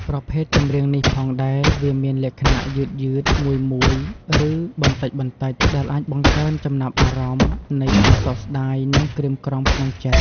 ប្រភេទចម្រៀងនេះផងដែរវាមានលក្ខណៈយឺតៗ មួយៗឬបន្ដិចៗ ដែលអាចបង្កើនចំណាប់អារម្មណ៍នៃការសោកស្តាយ និងក្រៀមក្រំក្នុងចិត្ត។